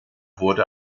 wurde